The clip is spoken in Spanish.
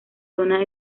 zona